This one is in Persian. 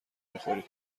میخوری